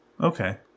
Okay